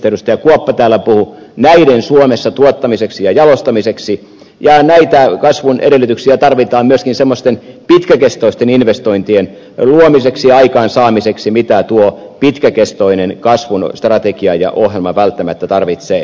kuoppa täällä puhui suomessa tuottamiseksi ja jalostamiseksi ja näitä kasvun edellytyksiä tarvitaan myöskin semmoisten pitkäkestoisten investointien luomiseksi ja aikaansaamiseksi mitä tuo pitkäkestoinen kasvun strategia ja ohjelma välttämättä tarvitsee